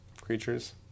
creatures